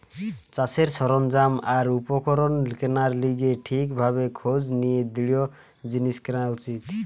চাষের সরঞ্জাম আর উপকরণ কেনার লিগে ঠিক ভাবে খোঁজ নিয়ে দৃঢ় জিনিস কেনা উচিত